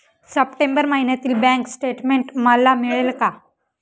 September महिन्यातील bank statement मला मिळेल का?